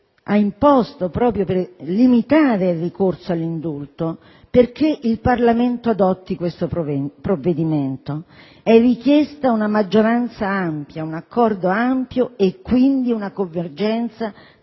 ha imposto proprio per limitare il ricorso all'indulto. Infatti, perché il Parlamento adotti questo provvedimento è richiesta una maggioranza ampia, un accordo ampio e quindi una convergenza